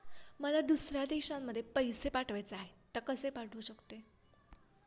मला दुसऱ्या देशामध्ये पैसे पाठवायचे आहेत कसे पाठवू शकते?